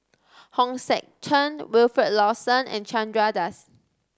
Hong Sek Chern Wilfed Lawson and Chandra Das